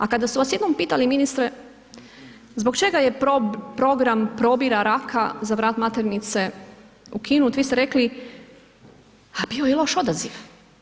A kada su vas jednom pitali ministre zbog čega je program probira raka za vrat maternice ukinut vi ste rekli ha bio je loš odaziv.